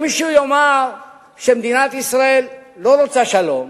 אם מישהו יאמר שמדינת ישראל לא רוצה שלום,